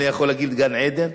אני יכול להגיד "גן-עדן"?